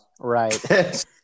right